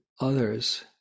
others